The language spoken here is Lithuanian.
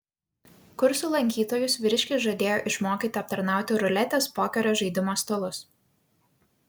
kursų lankytojus vyriškis žadėjo išmokyti aptarnauti ruletės pokerio žaidimo stalus